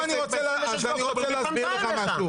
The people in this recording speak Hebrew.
והיא פנתה אליך.